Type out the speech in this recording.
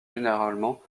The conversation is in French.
généralement